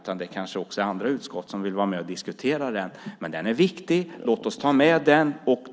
Kanske vill också andra utskott vara med och diskutera frågan. Den är viktig, så låt oss ta med den.